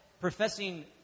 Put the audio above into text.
professing